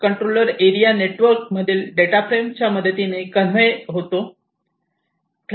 controller area network मधील data frame च्या मदतीने कन्वे होतो